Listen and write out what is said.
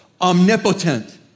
omnipotent